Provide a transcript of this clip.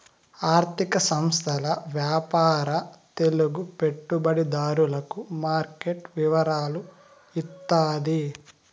ఆర్థిక సంస్థల వ్యాపార తెలుగు పెట్టుబడిదారులకు మార్కెట్ వివరాలు ఇత్తాది